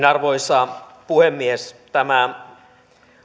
arvoisa puhemies tämä